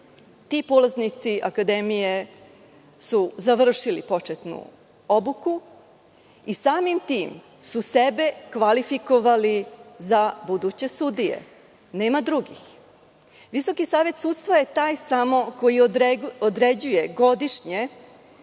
Ti polaznici akademije su završili početnu obuku i samim tim su sebe kvalifikovali za buduće sudije, nema drugih. Visoki savet sudstva je taj samo koji određuje godišnje